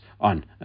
on